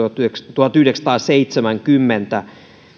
tuhatyhdeksänsataaseitsemänkymmentä